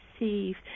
receive